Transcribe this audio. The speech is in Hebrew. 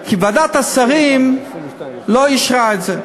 כי ועדת השרים לא אישרה את זה.